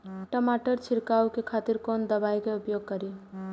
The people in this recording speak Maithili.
टमाटर छीरकाउ के खातिर कोन दवाई के उपयोग करी?